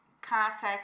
contact